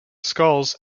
scholz